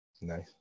Nice